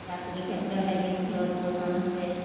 ଚାକିରୀ କ୍ଷେତ୍ରରେ ବି ଝିଅ ପୁଅ ସମସ୍ତେ